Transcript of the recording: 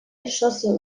geschosse